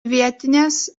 vietinės